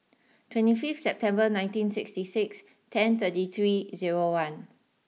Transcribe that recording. twenty fifth September nineteen sixty six ten thirty three zero one